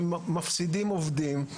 הם מפסידים עובדים.